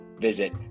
visit